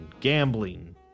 gambling